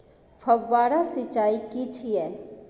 फव्वारा सिंचाई की छिये?